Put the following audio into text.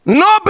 no